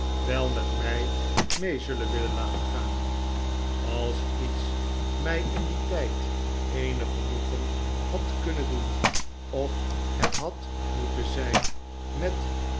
wel met mij mee zullen willen laten gaan als iets mij in dien tijd eenig genoegen had kunnen doen of het had moeten zijn met